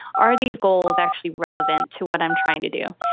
are these goals actually relevant to what i'm trying to do?